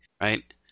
right